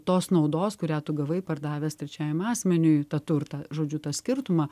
tos naudos kurią tu gavai pardavęs trečiajam asmeniui tą turtą žodžiu tą skirtumą